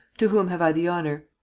to whom have i the honour.